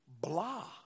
blah